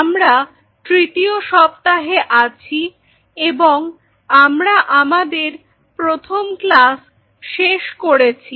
আমরা তৃতীয় সপ্তাহে আছি এবং আমরা আমাদের প্রথম ক্লাস শেষ করেছি